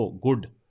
Good